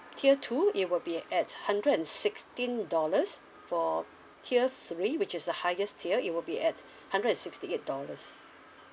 tier two it will be at hundred and sixteen dollars for tier three which is the highest tier it will be at hundred and sixty eight dollars